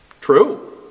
True